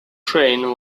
train